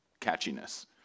catchiness